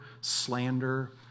slander